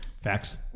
facts